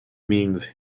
means